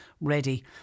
ready